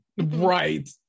Right